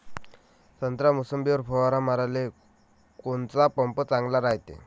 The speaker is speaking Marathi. संत्रा, मोसंबीवर फवारा माराले कोनचा पंप चांगला रायते?